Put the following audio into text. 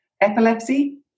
epilepsy